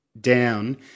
down